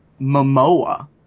Momoa